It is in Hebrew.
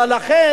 ולכן,